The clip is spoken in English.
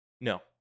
No